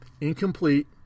incomplete